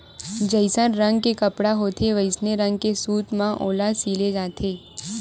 जइसन रंग के कपड़ा होथे वइसने रंग के सूत म ओला सिले जाथे